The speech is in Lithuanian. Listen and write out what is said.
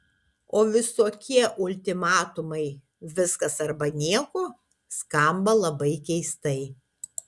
o visokie ultimatumai viskas arba nieko skamba labai keistai